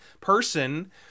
person